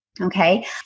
Okay